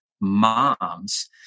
moms